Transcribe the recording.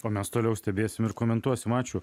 o mes toliau stebėsim ir komentuosim ačiū